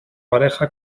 pareja